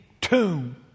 tomb